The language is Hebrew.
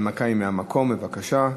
ההנמקה היא מהמקום, בבקשה.